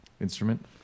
instrument